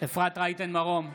אפרת רייטן מרום,